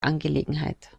angelegenheit